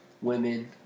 women